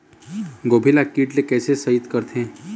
गोभी ल कीट ले कैसे सइत करथे?